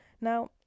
Now